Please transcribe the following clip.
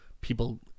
people